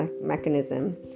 mechanism